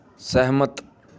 ਸਹਿਮਤ